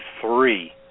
three